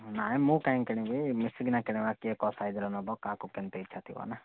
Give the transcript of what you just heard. ନାହିଁ ମୁଁ କାଇଁ କିଣିବି ମିଶିକିନା କିଣିବା କିଏ କେଉଁ ସାଇଜର ନେବ କାହାକୁ କେମିତି ଇଚ୍ଛା ଥିବ ନା